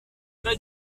pas